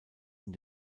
und